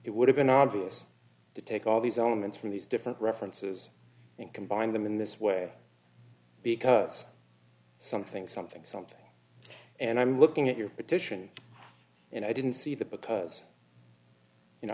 it would have been obvious to take all these elements from these different references and combine them in this way because something something something and i'm looking at your petition and i didn't see the because